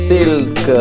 Silk